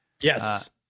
Yes